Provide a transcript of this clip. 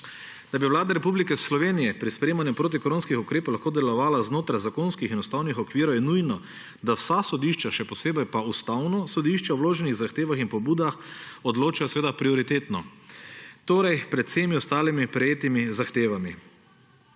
Da bi Vlada Republike Slovenije pri sprejemanju protikoronskih ukrepov lahko delovala znotraj zakonskih in ustavnih okvirjev, je nujno, da vsa sodišča, še posebej pa Ustavno sodišče, o vloženih zahtevah in pobudah odloča prioritetno, torej pred vsemi ostalimi prejetimi zahtevami.